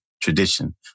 tradition